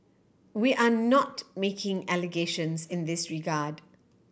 we are not making allegations in this regard